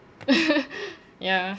ya